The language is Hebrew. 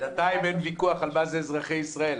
בינתיים אין ויכוח על מה זה "אזרחי ישראל",